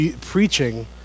preaching